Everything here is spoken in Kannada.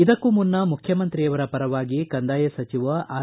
ಇದಕ್ಕೂ ಮುನ್ನ ಮುಖ್ಯಮಂತ್ರಿಯವರ ಪರವಾಗಿ ಕಂದಾಯ ಸಚಿವ ಆರ್